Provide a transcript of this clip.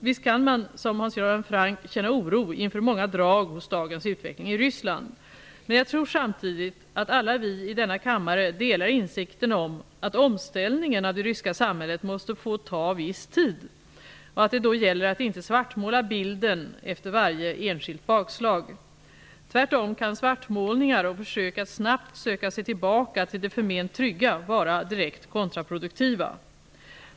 Visst kan man, som Hans Göran Franck, känna oro inför många drag hos dagens utveckling i Ryssland. Men jag tror samtidigt att alla vi i denna kammare delar insikten om att omställningen av det ryska samhället måste få ta viss tid och att det då gäller att inte svartmåla bilden efter varje enskilt bakslag. Tvärtom kan svartmålningar och försök att snabbt söka sig tillbaka, till det förment trygga, vara direkt kontraproduktiva!